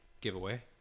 giveaway